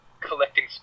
collecting